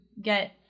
get